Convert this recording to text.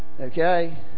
Okay